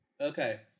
Okay